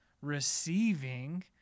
receiving